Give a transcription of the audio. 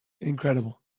Incredible